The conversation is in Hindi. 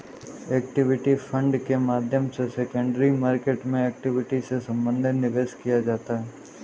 इक्विटी फण्ड के माध्यम से सेकेंडरी मार्केट में इक्विटी से संबंधित निवेश किया जाता है